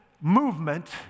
movement